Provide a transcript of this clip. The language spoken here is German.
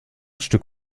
stück